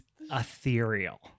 ethereal